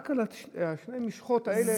רק על שתי המשחות האלה.